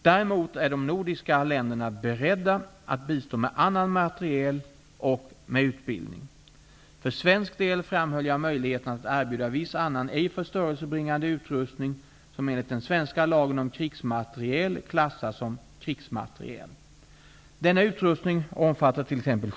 Däremot är de nordiska länderna beredda att bistå med annan materiel och med utbildning. För svensk del framhöll jag möjligheten att erbjuda viss annan ej förstörelsebringande utrustning som enligt den svenska lagen om krigsmateriel klassas som krigsmateriel. Denna utrustning omfattar t.ex.